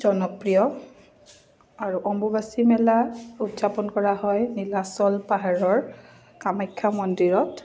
জনপ্ৰিয় আৰু অম্বুবাচী মেলা উদযাপন কৰা হয় নীলাচল পাহাৰৰ কামাখ্যা মন্দিৰত